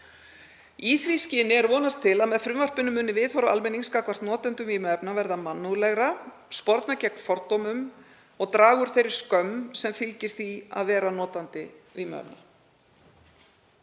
Í því skyni er vonast til að með frumvarpinu muni viðhorf almennings gagnvart notendum vímuefna verða mannúðlegra og það muni sporna gegn fordómum og draga úr þeirri skömm sem fylgir því að vera notandi vímuefna.